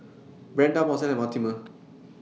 Brenda Marcelle and Mortimer